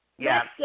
Yes